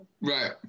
Right